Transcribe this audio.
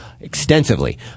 extensively